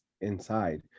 inside